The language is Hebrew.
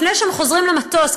לפני שהם חוזרים למטוס,